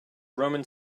roman